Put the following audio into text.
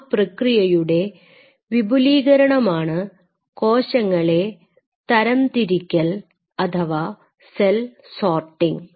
ആ പ്രക്രിയയുടെ വിപുലീകരണമാണ് കോശങ്ങളെ തരംതിരിക്കൽ സെൽ സോർട്ടിംഗ്